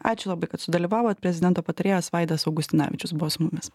ačiū labai kad sudalyvavot prezidento patarėjas vaidas augustinavičius buvo su mumis